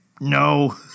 No